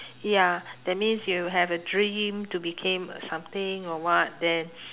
ya that means you have a dream to became something or what then